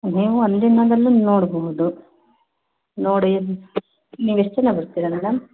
ನೀವು ಒಂದಿನದಲ್ಲೂ ನೋಡಬಹುದು ನೋಡಿ ನೀವು ಎಷ್ಟು ಜನ ಬರ್ತೀರಾ ಮೇಡಮ್